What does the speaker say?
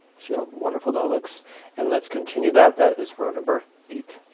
see how wonderful that looks and let's continue that that is row number eight.